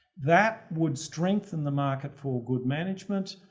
that would strengthen the market for good management.